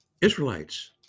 Israelites